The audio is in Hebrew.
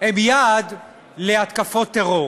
הם יעד להתקפות טרור.